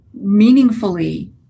meaningfully